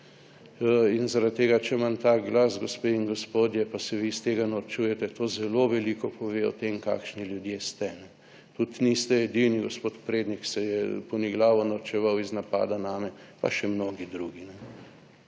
In zaradi tega, če imam tak glas, gospe in gospodje, pa se vi iz tega norčujete, to zelo veliko pove o tem, kakšni ljudje ste. Tudi niste edini, gospod Prednik se je poniglavo norčeval iz napada name pa še mnogi drugi.